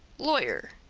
lawyer,